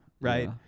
Right